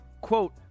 quote